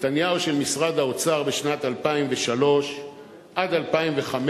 נתניהו של משרד האוצר בשנת 2003 עד שנת 2005,